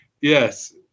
yes